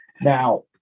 Now